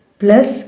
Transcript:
plus